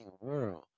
world